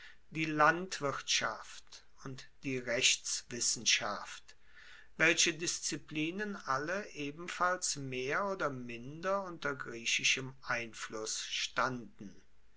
die landwirtschaft und die rechtswissenschaft welche disziplinen alle ebenfalls mehr oder minder unter griechischem einfluss standen